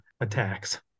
attacks